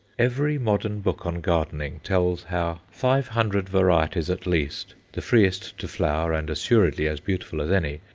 every modern book on gardening tells how five hundred varieties at least, the freest to flower and assuredly as beautiful as any,